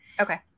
Okay